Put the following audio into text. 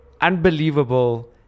unbelievable